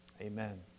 Amen